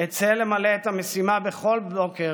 אצא למלא את המשימה בכל בוקר: